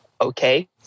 okay